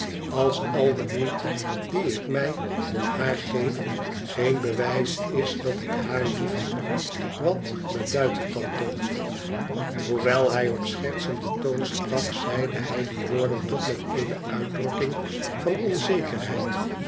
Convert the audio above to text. als al de moeite die ik mij om haar gee geen bewijs is dat ik haar liefheb wat beduidt het dan toch hoewel hij op schertsenden toon sprak zeide hij die woorden toch met eene uitdrukking van onzekerheid